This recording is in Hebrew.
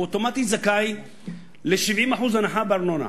הוא אוטומטית זכאי ל-70% הנחה בארנונה,